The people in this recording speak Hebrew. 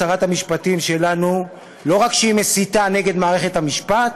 שרת המשפטים שלנו לא רק מסיתה נגד מערכת המשפט,